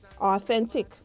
authentic